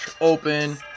Open